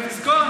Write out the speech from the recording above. תזכור,